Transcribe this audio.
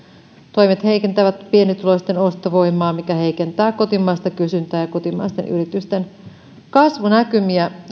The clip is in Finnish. toimet heikentävät pienituloisten ostovoimaa mikä heikentää kotimaista kysyntää ja kotimaisten yritysten kasvunäkymiä